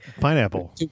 pineapple